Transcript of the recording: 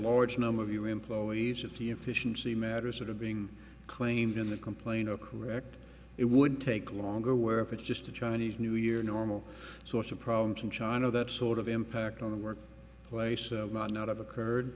large number of your employees at the efficiency matter sort of being claimed in the complainer correct it would take longer where if it's just a chinese new year normal social problems in china that sort of impact on the work place might not have occurred